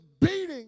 beating